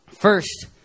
First